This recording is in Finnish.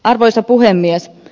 arvoisa puhemies